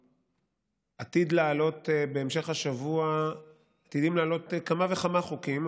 עתידים לעלות בהמשך השבוע כמה וכמה חוקים,